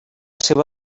seva